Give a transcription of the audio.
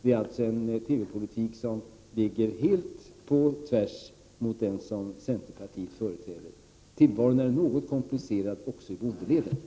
Det är en TV politik som går helt på tvärs mot den som centerpartiet företräder. — Tillvaron är något komplicerad också i bondeleden.